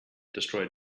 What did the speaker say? destroyed